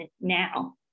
now